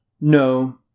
No